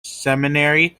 seminary